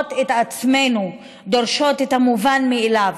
מוצאות את עצמנו דורשות את המובן מאליו,